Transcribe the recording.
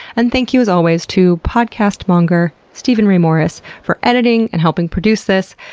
and thank you as always to podcast monger steven ray morris for editing and helping produce this.